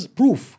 proof